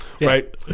Right